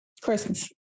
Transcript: Christmas